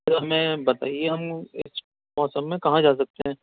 سر ہمیں بتائیے ہم ا ِس موسم میں کہاں جا سکتے ہیں